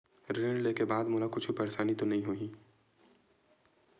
ऋण लेके बाद मोला कुछु परेशानी तो नहीं होही?